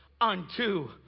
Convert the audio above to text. unto